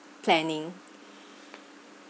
planning